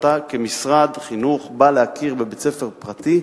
כאשר אתה, כמשרד החינוך, בא להכיר בבית-ספר פרטי,